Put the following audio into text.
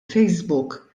facebook